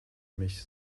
mich